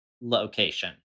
location